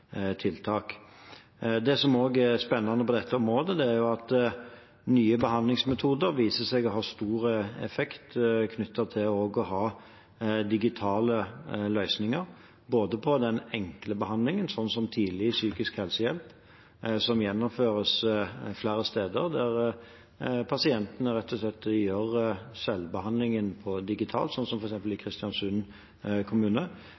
Det som også er spennende på dette området, er at nye behandlingsmetoder viser seg å ha stor effekt knyttet til også å ha digitale løsninger for både den enkle behandlingen, som tidlig psykisk helsehjelp – noe som gjennomføres flere steder, der pasientene rett og slett gjør selvbehandlingen digitalt, slik som i Kristiansund kommune